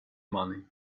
money